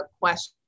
question